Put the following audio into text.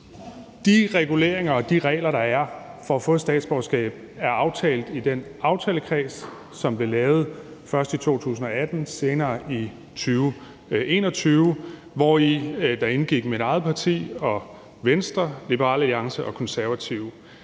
De reguleringer og de regler, der er i forhold til at få et statsborgerskab, er aftalt i den aftalekreds, som blev lavet først i 2018 og senere i 2021, hvori mit eget parti, Venstre, Liberal Alliance og Konservative